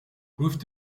proved